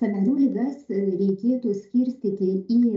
sąnarių ligas reikėtų skirstyti į